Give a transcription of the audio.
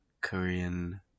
Korean